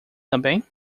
também